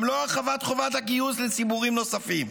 גם לא הרחבת חובת הגיוס לציבורים נוספים,